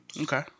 okay